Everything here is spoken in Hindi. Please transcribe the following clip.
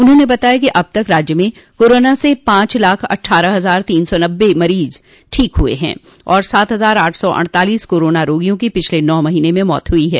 उन्होंने बताया कि अब तक राज्य में कोरोना से पांच लाख अट्ठारह हजार तीन सौ नब्बे कोरोना के मरीज ठीक हुए है और सात हजार आठ सौ अड़तालीस कोरोना रोगियों की पिछले नौ महीने में मौत हुई है